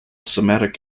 somatic